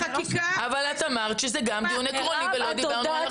החקיקה --- אבל את אמרת שזה גם דיון עקרוני ולא דיברנו על החוק.